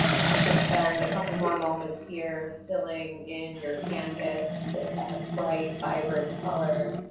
you can spend a couple of more moments here filling in your canvas with that bright vibrant color,